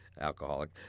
Alcoholic